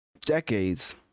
decades